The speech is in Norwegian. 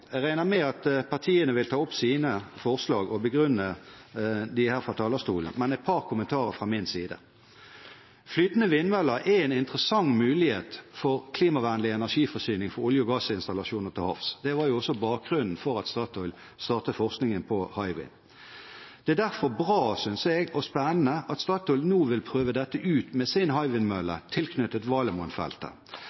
Jeg regner med at partiene vil ta opp sine forslag og begrunne dem her fra talerstolen, men et par kommentarer fra min side: Flytende vindmøller er en interessant mulighet for klimavennlig energiforsyning for olje- og gassinstallasjoner til havs. Det var jo også bakgrunnen for at Statoil startet forskningen på Hywind. Derfor synes jeg det er bra og spennende at Statoil nå vil prøve dette ut med sin Hywind-mølle tilknyttet